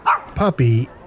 puppy